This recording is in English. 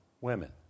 women